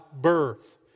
birth